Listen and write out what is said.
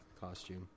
costume